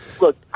look